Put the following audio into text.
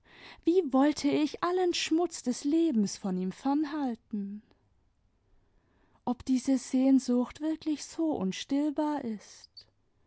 wie wollte ich allen schmutz des lebens von ihm fernhalten ob diese sehnsucht wirklich so unstillbar ist